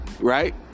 right